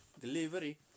delivery